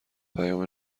پیام